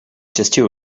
gesture